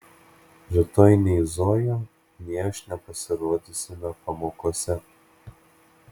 rytoj nei zoja nei aš nepasirodysime pamokose